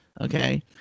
okay